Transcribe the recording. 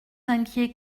inquiet